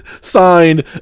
signed